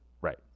Right